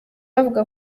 bavuga